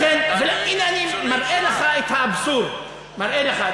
הנה אני מראה לך את האבסורד, מראה לך.